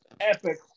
epic